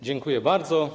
Dziękuję bardzo.